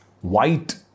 white